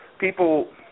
people